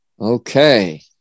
okay